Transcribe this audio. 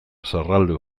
zerraldo